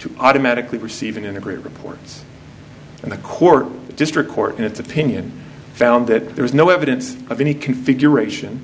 to automatically receive an integrated reports and the core district court in its opinion found that there is no evidence of any configuration